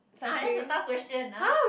!huh! that's a tough question ah